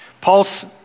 Paul's